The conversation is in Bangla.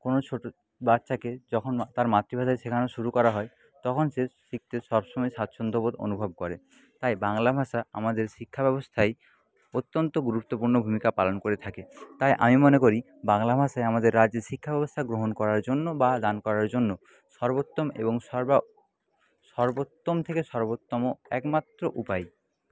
কোনো ছোটো বাচ্চাকে যখন তার মাতৃভাষা শেখানো শুরু করা হয় তখন সে শিখতে সবসময় স্বাচ্ছন্দ্যবোধ অনুভব করে তাই বাংলা ভাষা আমাদের শিক্ষা ব্যবস্থাই অত্যন্ত গুরুত্বপূর্ণ ভূমিকা পালন করে থাকে তাই আমি মনে করি বাংলা ভাষাই আমাদের রাজ্যে শিক্ষা ব্যবস্থা গ্রহণ করার জন্য বা দান করার জন্য সর্বোত্তম এবং সর্বোত্তম থেকে সর্বোত্তম একমাত্র উপায়